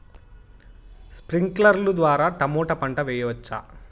స్ప్రింక్లర్లు ద్వారా టమోటా పంట చేయవచ్చా?